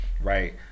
right